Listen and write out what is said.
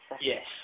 Yes